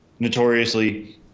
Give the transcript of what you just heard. notoriously